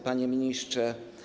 Panie Ministrze!